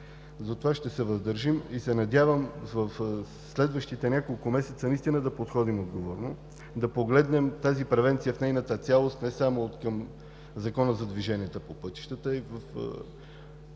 Затова ще се въздържим и се надявам в следващите няколко месеца наистина да подходим отговорно, да погледнем тази превенция в нейната цялост не само откъм Закона за движението по пътищата, и в